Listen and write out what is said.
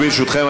ברשותכם,